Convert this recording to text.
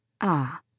Ah-